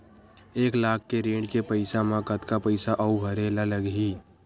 एक लाख के ऋण के पईसा म कतका पईसा आऊ भरे ला लगही?